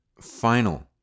final